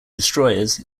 destroyers